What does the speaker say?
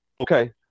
okay